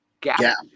gap